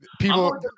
People